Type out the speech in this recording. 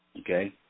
Okay